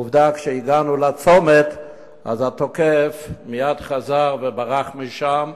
עובדה, כשהגענו לצומת התוקף מייד חזר וברח משם,